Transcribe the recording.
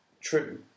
true